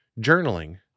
journaling